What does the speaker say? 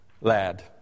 lad